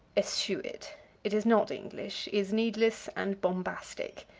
eschew it it is not english, is needless and bombastic.